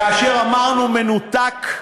כאשר אמרנו "מנותק",